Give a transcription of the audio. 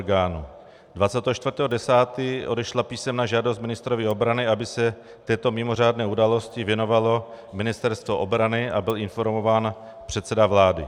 Dne 24. 10. odešla písemná žádost ministrovi obrany, aby se této mimořádné události věnovalo Ministerstvo obrany, a byl informován předseda vlády.